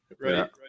right